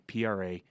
pra